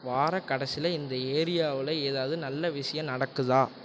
வார கடைசியில் இந்த ஏரியாவில் ஏதாவது நல்ல விஷயம் நடக்குதா